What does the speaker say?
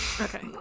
Okay